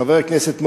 חבר הכנסת מוזס,